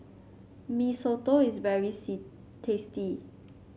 Mee Soto is very tasty